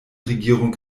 regierung